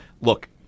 Look